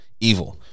Evil